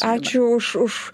ačiū už už